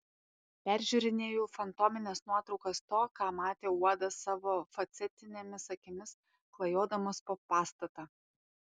peržiūrinėju fantomines nuotraukas to ką matė uodas savo facetinėmis akimis klajodamas po pastatą